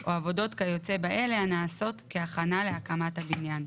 או עבודות כיוצא באלה הנעשות כהכנה להקמת הבניין".